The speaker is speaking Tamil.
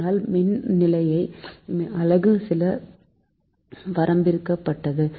அனல் மின் நிலைய அலகு சில வரம்பிற்குட்பட்டது